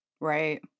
Right